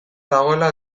dagoela